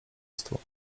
stu